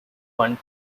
one